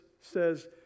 says